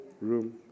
room